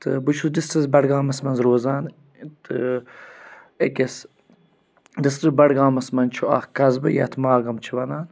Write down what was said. تہٕ بہٕ چھُس ڈِسٹرٛکٹ بَڈگامَس منٛز روزان تہٕ أکِس ڈِسٹِرٛک بَڈگامَس منٛز چھُ اَکھ قصبہٕ یَتھ ماگَام چھِ وَنان